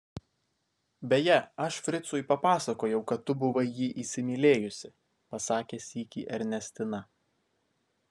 beje aš fricui papasakojau kad tu buvai jį įsimylėjusi pasakė sykį ernestina